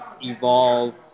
evolve